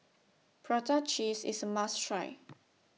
Prata Cheese IS A must Try